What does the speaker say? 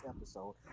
episode